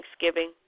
Thanksgiving